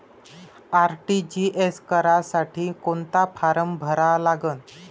RTGS करासाठी कोंता form भरा लागन?